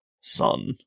son